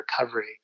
recovery